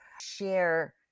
share